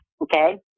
Okay